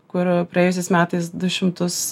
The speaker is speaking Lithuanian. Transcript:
kur praėjusiais metais du šimtus